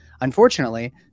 Unfortunately